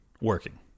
working